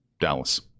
Dallas